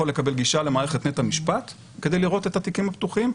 לקבל גישה למערכת בית המשפט כדי לראות את התיקים הפתוחים,